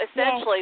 essentially